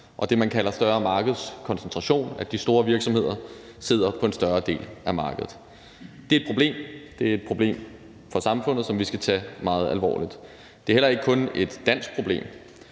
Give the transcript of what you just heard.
og det, man kalder større markedskoncentration, altså at de store virksomheder sidder på en større del af markedet. Det er et problem for samfundet, som vi skal tage meget alvorligt. Det er heller ikke kun et dansk problem.